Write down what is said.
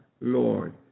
Lord